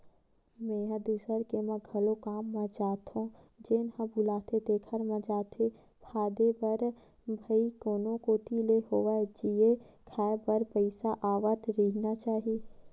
मेंहा दूसर के म घलोक काम म जाथो जेन ह बुलाथे तेखर म जोते फांदे बर भई कोनो कोती ले होवय जीए खांए बर पइसा आवत रहिना चाही